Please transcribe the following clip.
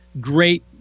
great